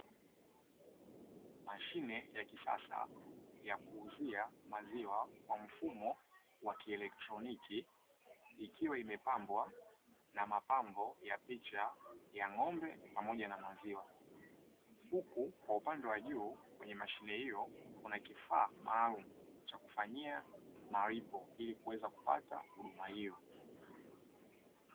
Mashine ya kisasa ya kuuzia maziwa kwa mfumo wakielektroniki ikiwa imepambwa na mapambo ya picha ya ng'ombe pamoja na maziwa, huku kwa upande wa juu kwenye mashine hiyo kuna kifaa maalumu cha kufanyia malipo ili kuweza kupata huduma hiyo.